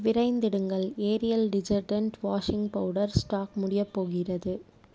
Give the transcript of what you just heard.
விரைந்திடுங்கள் Ariel detergent washing powder stock முடிய போகிறது